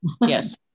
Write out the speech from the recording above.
yes